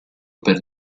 per